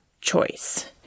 choice